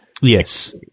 Yes